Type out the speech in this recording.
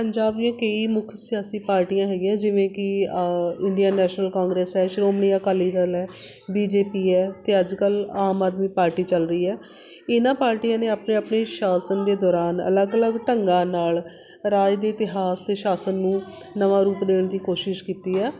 ਪੰਜਾਬ ਦੀਆਂ ਕਈ ਮੁੱਖ ਸਿਆਸੀ ਪਾਰਟੀਆਂ ਹੈਗੀਆਂ ਜਿਵੇਂ ਕਿ ਇੰਡੀਆ ਨੈਸ਼ਨਲ ਕਾਂਗਰਸ ਹੈ ਸ਼੍ਰੋਮਣੀ ਅਕਾਲੀ ਦਲ ਹੈ ਬੀ ਜੇ ਪੀ ਹੈ ਅਤੇ ਅੱਜ ਕੱਲ ਆਮ ਆਦਮੀ ਪਾਰਟੀ ਚੱਲ ਰਹੀ ਹੈ ਇਹਨਾਂ ਪਾਰਟੀਆਂ ਨੇ ਆਪਣੀ ਆਪਣੀ ਸ਼ਾਸਨ ਦੇ ਦੌਰਾਨ ਅਲੱਗ ਅਲੱਗ ਢੰਗਾਂ ਨਾਲ ਰਾਜ ਦੇ ਇਤਿਹਾਸ ਅਤੇ ਸ਼ਾਸਨ ਨੂੰ ਨਵਾਂ ਰੂਪ ਦੇਣ ਦੀ ਕੋਸ਼ਿਸ਼ ਕੀਤੀ ਹੈ